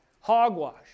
hogwash